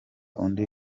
undi